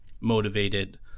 motivated